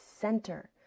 center